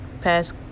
past